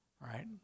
Right